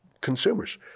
consumers